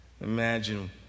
Imagine